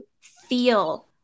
feel